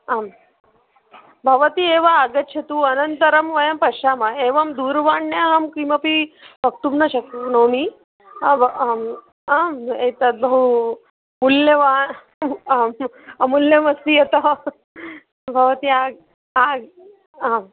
आं भवती एव आगच्छतु अनन्तरं वयं पश्यामः एवं दूर्वाण्या अहं किमपि वक्तुं न शक्नोमि वा अहम् आम् एतद् बहु मूल्यवत् आम् अमूल्यमस्ति यतः भवती आम् आम् आम्